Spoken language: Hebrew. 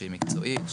שהיא מקצועית,